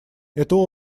это